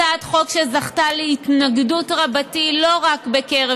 הצעת חוק זכתה להתנגדות רבתי לא רק בקרב